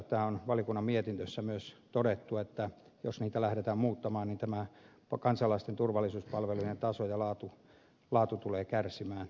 tämä on valiokunnan mietinnössä myös todettu että jos niitä lähdetään muuttamaan niin kansalaisten turvallisuuspalvelujen taso ja laatu tulee kärsimään